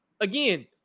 again